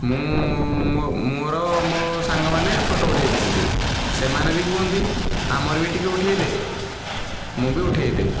ମୁଁ ମୋର ମୋ ସାଙ୍ଗମାନେ ଫଟୋ ଉଠାଇଦିଅନ୍ତି ସେମାନେ ବି କୁହନ୍ତି ଆମର ବି ଟିକେ ଉଠାଇଦେ ମୁଁ ବି ଉଠାଇ ଦିଏ